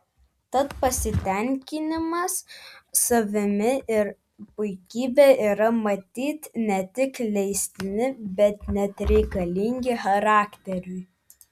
tad pasitenkinimas savimi ir puikybė yra matyt ne tik leistini bet net reikalingi charakteriui